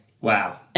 Wow